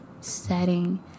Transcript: setting